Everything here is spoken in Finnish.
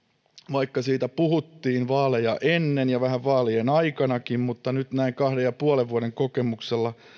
vaikka siitä puhuttiin vaaleja ennen ja vähän vaalien aikanakin mutta nyt kahden ja puolen vuoden kokemuksella